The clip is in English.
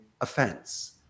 offense